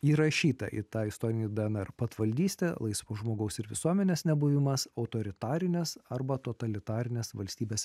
įrašyta į tą istorinį darną ir patvaldystę laisvo žmogaus ir visuomenės nebuvimas autoritarines arba totalitarines valstybes